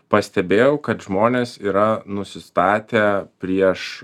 pastebėjau kad žmonės yra nusistatę prieš